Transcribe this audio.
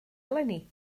eleni